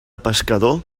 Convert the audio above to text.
pescador